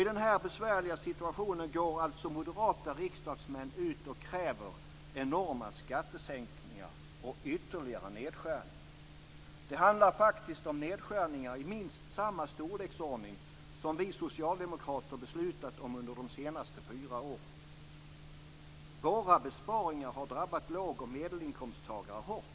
I denna besvärliga situation går alltså moderata riksdagsmän ut och kräver enorma skattesänkningar och ytterligare nedskärningar. Det handlar faktiskt om nedskärningar i minst samma storleksordning som vi socialdemokrater beslutat om under de senaste fyra åren. Våra besparingar har drabbat låg och medelinkomsttagare hårt.